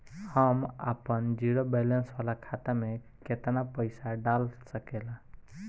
हम आपन zero balance वाला खाता मे केतना पईसा डाल सकेला?